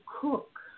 cook